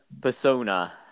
persona